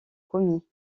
commis